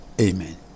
amen